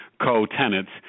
co-tenants